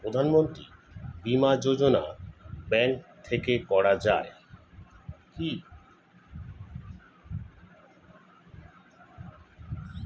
প্রধানমন্ত্রী বিমা যোজনা ব্যাংক থেকে করা যায় কি?